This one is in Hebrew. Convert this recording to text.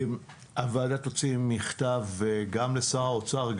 הוועדה תוציא מכתב גם לשר האוצר,